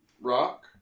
rock